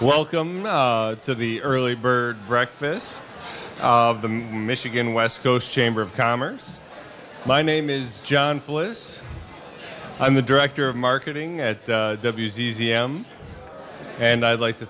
welcome to the early bird breakfast of the michigan west coast chamber of commerce my name is john fliss i'm the director of marketing at use e m and i'd like to